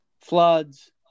floods